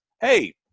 hey